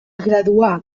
graduà